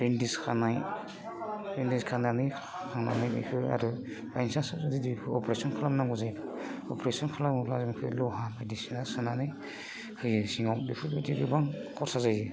bandage खानाय बेन्डेस खानानै माने बेखो आरो बायचान्स जुदि अप्रेसन खालामनांगौ जायो अप्रेसन खालामोब्ला बेनिफ्राय लहा बायदिसिना सोनानै होयो सिङाव बेफोरबायदि गोबां खरसा जायो